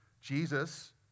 Jesus